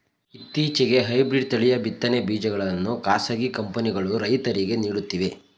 ಇತ್ತೀಚೆಗೆ ಹೈಬ್ರಿಡ್ ತಳಿಯ ಬಿತ್ತನೆ ಬೀಜಗಳನ್ನು ಖಾಸಗಿ ಕಂಪನಿಗಳು ರೈತರಿಗೆ ನೀಡುತ್ತಿವೆ